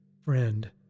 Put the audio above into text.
Friend